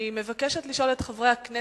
אני מבקשת לשאול את חברי הכנסת